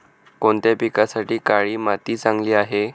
कोणत्या पिकासाठी काळी माती चांगली आहे?